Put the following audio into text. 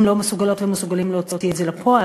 אם הם לא מסוגלות ומסוגלים להוציא את זה לפועל,